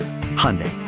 Hyundai